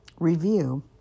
review